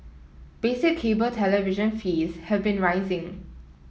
basic cable television fees have been rising